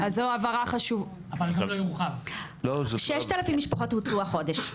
האם 6000 משפחות מוצו החודש?